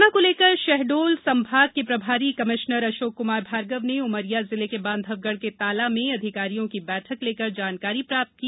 corona को लेकर शहडोल संभाग के प्रभारी कमिश्नर डाक्टर अशोक कुमार भार्गव ने उमरिया जिले के बांधवगढ़ के ताला में अधिकारियों की बैठक लेकर जानकारी प्राप्त की